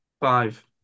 Five